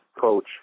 coach